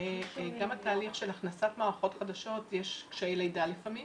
גם בתהליך של הכנסת מערכות חדשות יש קשיי לידה לפעמים